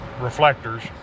reflectors